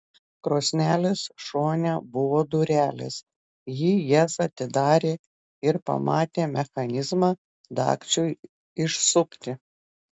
krosnelės šone buvo durelės ji jas atidarė ir pamatė mechanizmą dagčiui išsukti